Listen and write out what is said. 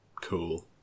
cool